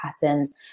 patterns